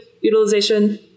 utilization